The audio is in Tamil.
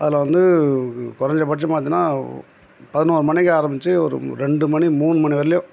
அதில் வந்து குறஞ்சபட்சம் பார்த்தீனா பதினோரு மணிக்கு ஆரமிச்சு ஒரு ரெண்டு மணி மூணு மணி வரலையும்